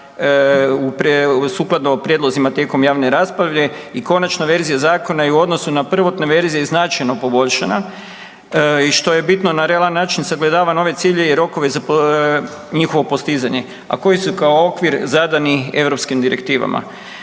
sukladno prijedlozima tijekom javne rasprave i konačna verzija zakona je u odnosu na prvotne verzije i značajno poboljšano i što je bitno na realan način sagledava nove ciljeve i rokove za njihovo postizanje, a koji su kao okvir zadani europskim direktivama.